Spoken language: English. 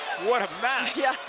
what a match. yeah.